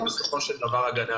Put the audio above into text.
חבר הכנסת